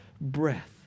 breath